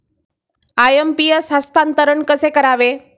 IMPS हस्तांतरण कसे करावे?